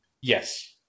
Yes